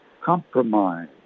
Compromise